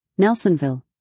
Nelsonville